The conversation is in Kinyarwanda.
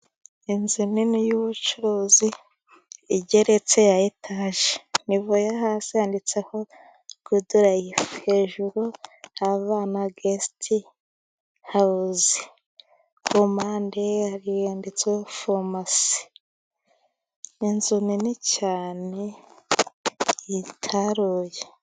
Inzu nini y'ubucuruzi igeretse ya etaje nivo yo hasi yanditseho gudu rayifu, hejuru habana gesite hawuzi, ku mpande handitseho farumasi. Ni inzu nini cyane yitaruye.